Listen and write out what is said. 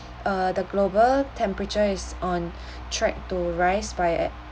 uh the global temperature is on track to rise by a